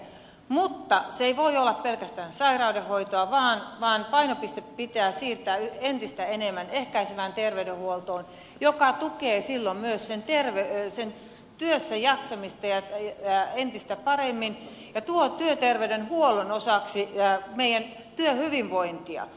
mutta se ei voi olla pelkästään sairaudenhoitoa vaan painopiste pitää siirtää entistä enemmän ehkäisevään terveydenhuoltoon ja se tukee silloin myös työssäjaksamista entistä paremmin ja tuo terveydenhuollon osaksi työhyvinvointia